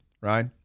right